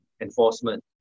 enforcement